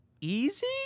easy